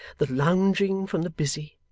the lounging from the busy,